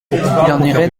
irait